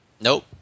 Nope